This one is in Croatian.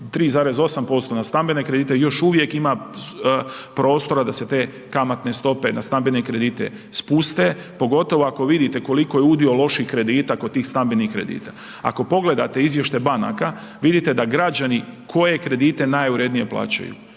3,8% na stambene kredite još uvijek ima prostora da se te kamatne stope na stambene kredite spuste, pogotovo ako vidite koliko je udio loših kredita kod tih stambenih kredita. Ako pogledate izvještaj banaka, vidite da građani, koje kredite najurednije plaćaju?